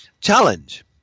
challenge